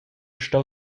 stau